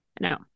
No